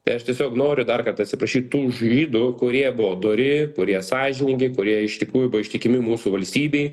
tai aš tiesiog noriu dar kartą atsiprašyt tų žydų kurie buvo dori kurie sąžiningai kurie iš tikrųjų buvo ištikimi mūsų valstybei